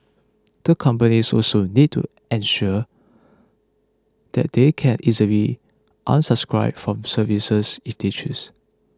the companies also need to ensure that they can easily unsubscribe from services if they choose